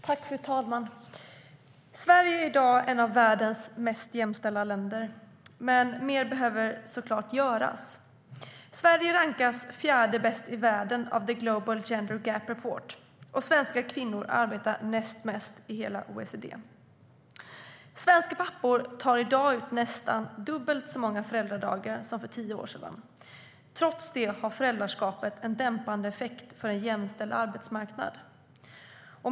Fru talman! Sverige är ett av världens mest jämställda länder, men mer behöver såklart göras. Sverige rankas av The Global Gender Gap ReportSvenska pappor tar i dag ut nästan dubbelt så många föräldradagar som för tio år sedan. Trots det har föräldraskapet en dämpande effekt för en jämställd arbetsmarknad.